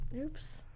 Oops